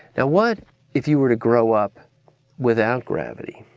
and what if you were to grow up without gravity?